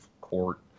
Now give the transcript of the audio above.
court